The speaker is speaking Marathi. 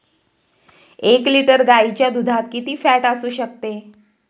एक लिटर गाईच्या दुधात किती फॅट असू शकते?